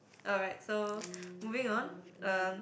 alright so moving on uh